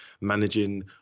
managing